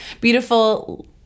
beautiful